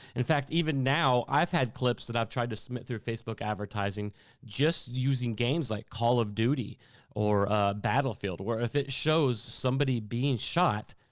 in fact, even now, i've had clips that i've tried to submit through facebook advertising just using games like call of duty or ah battlefield, where if it shows somebody being shot,